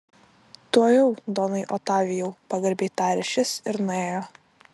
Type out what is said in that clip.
tuojau donai otavijau pagarbiai tarė šis ir nuėjo